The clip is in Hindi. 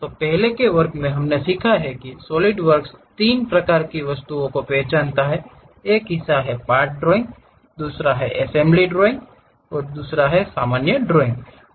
तो पहले वर्ग में हमने सीखा है कि सॉलिडवर्क्स 3 प्रकार की वस्तुओं की पहचान करता है एक हिस्सा पार्ट ड्राइंग है दूसरा एक एसम्ब्ली ड्राइंग है दूसरा एक ड्राइंग है